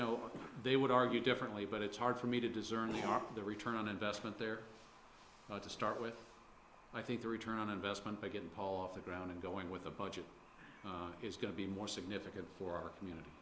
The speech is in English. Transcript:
know they would argue differently but it's hard for me to discern they are the return on investment there to start with i think the return on investment by getting paul off the ground and going with the budget is going to be more significant for our community